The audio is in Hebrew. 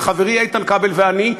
חברי איתן כבל ואני,